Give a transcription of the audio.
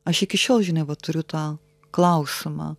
aš iki šiol žinai vat turiu tą klausimą